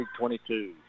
22